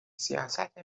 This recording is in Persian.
سیاست